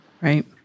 Right